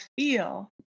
feel